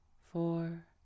Four